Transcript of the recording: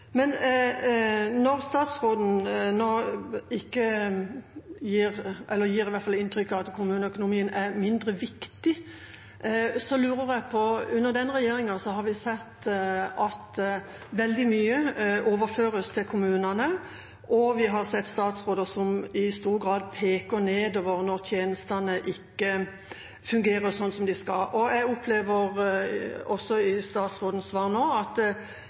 Når statsråden nå i hvert fall gir inntrykk av at kommuneøkonomien er mindre viktig, lurer jeg på dette: Under denne regjeringa har vi sett at veldig mye overføres til kommunene, og vi har sett statsråder som i stor grad peker nedover når tjenestene ikke fungerer som de skal. Jeg opplever ut fra statsrådens svar nå at